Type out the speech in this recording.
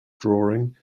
drawing